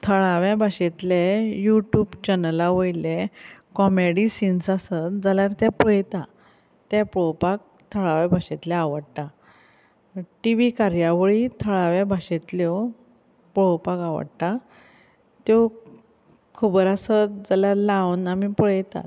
थळाव्या भाशेंतले युट्यूब चॅनला वयले कोमेडी सीन्स आसत जाल्यार ते पळयता ते पळोवपाक थळावे भाशेंतले आवडटा टी वी कार्यावळींत थळाव्या भाशेंतल्यो पळोवपाक आवडटा त्यो खबर आसत जाल्यार लावन आमी पळयतात